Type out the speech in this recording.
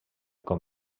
com